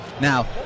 Now